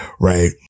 right